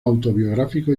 autobiográfico